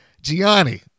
Gianni